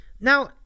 Now